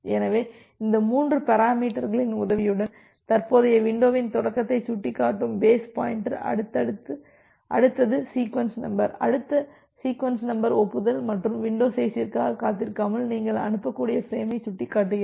எனவே இந்த மூன்று பெராமீட்டர்களின் உதவியுடன் தற்போதைய விண்டோவின் தொடக்கத்தை சுட்டிக்காட்டும் பேஸ் பாயின்டர் அடுத்தது சீக்வென்ஸ் நம்பர் அடுத்த சீக்வென்ஸ் நம்பர் ஒப்புதல் மற்றும் வின்டோ சைஸ்ற்காக காத்திருக்காமல் நீங்கள் அனுப்பக்கூடிய ஃபிரேமை சுட்டிக்காட்டுகிறது